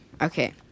Okay